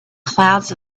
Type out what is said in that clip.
clouds